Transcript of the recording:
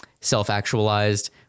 self-actualized